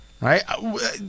Right